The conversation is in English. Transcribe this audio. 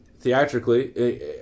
theatrically